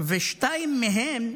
ושתיים מהם,